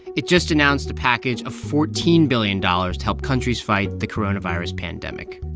it just announced a package of fourteen billion dollars to help countries fight the coronavirus pandemic